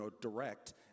direct